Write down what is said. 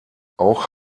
auch